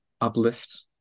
uplift